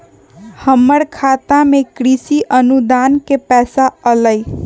हमर खाता में कृषि अनुदान के पैसा अलई?